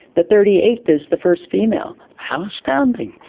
the thirty eighth is the first female. how astounding.